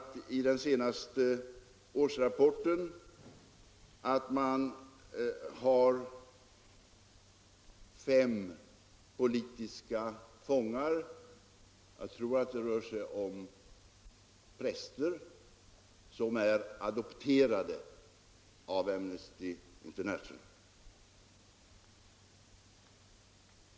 I den senaste årsrapporten säger man vidare att man arbetar för fem politiska fångar i Ungern — Nr 23 jag tror att det rör sig om präster som är adopterade av Amnesty In Tisdagen den ternational.